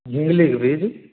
झिंगुलीके बीज